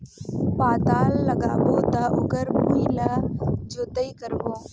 पातल लगाबो त ओकर भुईं ला जोतई करबो?